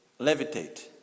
levitate